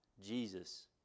jesus